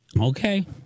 Okay